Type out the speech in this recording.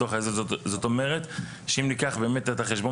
זאת אומרת שאם ניקח באמת את החשבון